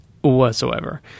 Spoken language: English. whatsoever